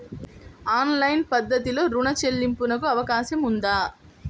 Online పద్ధతిలో రుణ చెల్లింపునకు అవకాశం ఉందా?